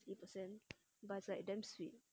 fifty percent but it's like damn sweet